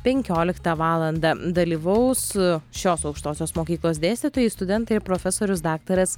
penkioliktą valandą dalyvaus šios aukštosios mokyklos dėstytojai studentai ir profesorius daktaras